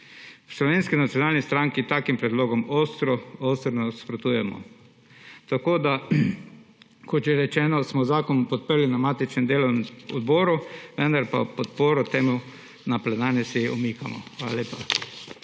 V Slovenski nacionalni stranki takim predlogom ostro ostro nasprotujemo. Kot že rečeno, smo zakon podprli na matičnem delovnem odboru, vendar pa podporo temu na plenarni seji umikamo. Hvala lepa